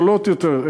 זולות יותר,